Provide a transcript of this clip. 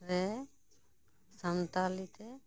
ᱨᱮ ᱥᱟᱱᱛᱟᱞᱤ ᱛᱮ